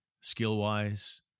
skill-wise